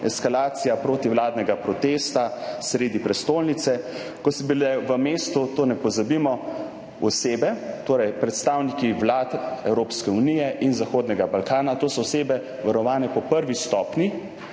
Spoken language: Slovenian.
eskalacija protivladnega protesta sredi prestolnice, ko so bili v mestu, tega ne pozabimo, predstavniki vlad Evropske unije in Zahodnega Balkana, to so osebe, varovane po prvi stopnji.